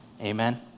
Amen